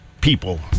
people